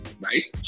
right